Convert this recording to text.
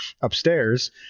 upstairs